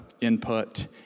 input